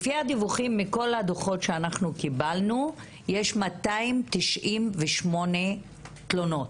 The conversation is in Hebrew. לפי הדיווחים מכל הדוחות שקיבלנו יש 298 תלונות.